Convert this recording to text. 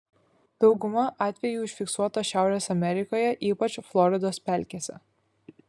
dauguma atvejų užfiksuota šiaurės amerikoje ypač floridos pelkėse